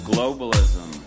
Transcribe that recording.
Globalism